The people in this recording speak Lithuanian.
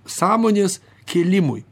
sąmonės kėlimui